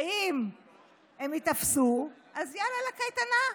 ואם הם ייתפסו, אז יאללה, לקייטנה.